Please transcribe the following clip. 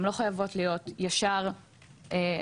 הן לא חייבות להיות ישר גרזן.